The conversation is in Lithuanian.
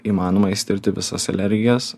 įmanoma išsitirti visas alergijas